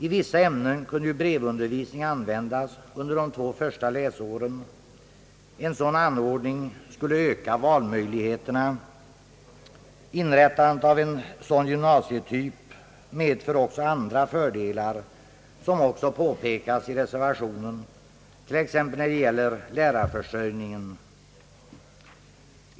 I vissa ämnen kunde ju brevundervisning användas under de två första läsåren. En sådan anordning skulle öka valmöjligheterna. Inrättandet av en sådan gymnasietyp medför också andra fördelar, t. ex, när det gäller lärarförsörjningen, vilket också påpekas i reservationen.